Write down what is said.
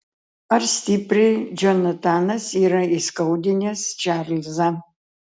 ar stipriai džonatanas yra įskaudinęs čarlzą